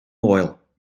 moel